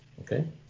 okay